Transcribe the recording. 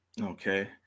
Okay